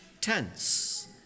tense